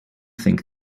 think